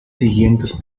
siguientes